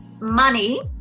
money